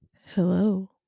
Hello